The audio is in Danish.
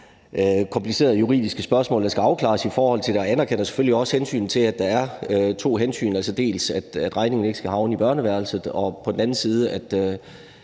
komplicerede juridiske spørgsmål, der skal afklares i forhold til det, og jeg anerkender selvfølgelig også, at der er to hensyn, altså dels at regningen ikke skal havne i børneværelset, dels at det